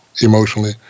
emotionally